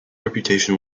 reputation